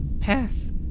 path